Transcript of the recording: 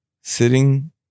sitting